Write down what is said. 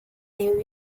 new